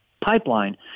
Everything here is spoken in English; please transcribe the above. pipeline